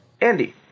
andy